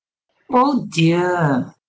oh dear